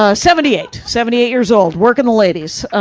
ah, seventy eight seventy eight years old, workin' the ladies.